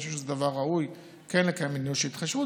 ואני חושב שזה דבר ראוי לקיים מדיניות של התחשבות,